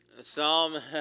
Psalm